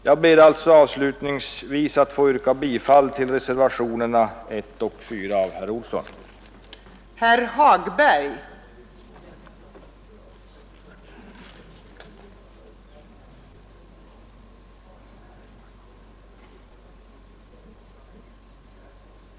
Jag ber att få yrka bifall till reservationerna 1 och 4 av herr Olsson i Stockholm.